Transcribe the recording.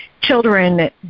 children